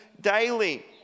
daily